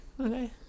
Okay